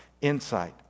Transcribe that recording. insight